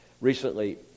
Recently